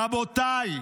רבותיי,